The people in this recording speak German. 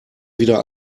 wieder